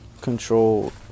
control